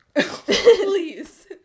Please